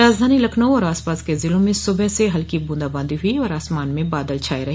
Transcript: राजधानी लखनऊ और आस पास के ज़िलों में सुबह से हल्की बूंदा बांदी हुई और आसमान में बादल छाये रहे